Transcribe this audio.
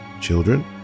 children